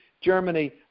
Germany